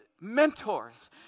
mentors